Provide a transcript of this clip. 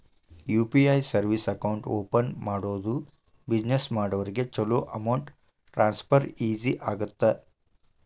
UPI service account open ಮಾಡೋದು business ಮಾಡೋರಿಗ ಚೊಲೋ ಅಮೌಂಟ್ ಟ್ರಾನ್ಸ್ಫರ್ ಈಜಿ ಆಗತ್ತ